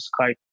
Skype